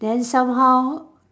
then somehow